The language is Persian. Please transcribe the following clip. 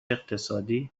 اقتصادی